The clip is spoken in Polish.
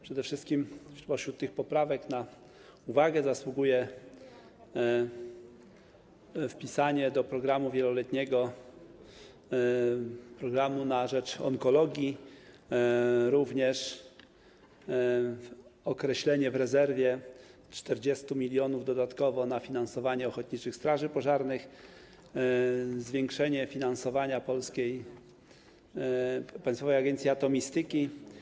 Przede wszystkim spośród tych poprawek na uwagę zasługuje wpisanie do programu wieloletniego programu na rzecz onkologii, przeznaczenie w rezerwie 40 mln dodatkowo na finansowanie ochotniczych straży pożarnych, zwiększenie finansowania Państwowej Agencji Atomistyki.